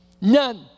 None